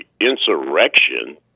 insurrection